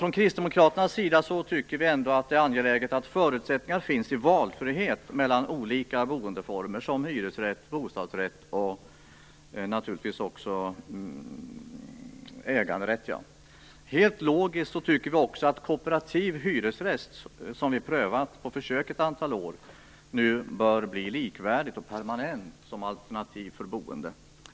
Från Kristdemokraternas sida tycker vi ändå att det är angeläget att det finns förutsättningar för valfrihet mellan olika boendeformer, såsom hyresrätt, bostadsrätt och naturligtvis också äganderätt. Helt logiskt tycker vi också att kooperativ hyresrätt, som vi prövat på försök under ett antal år, nu bör bli permanent och likvärdig som alternativ för boende.